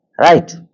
Right